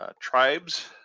tribes